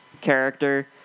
character